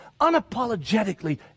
unapologetically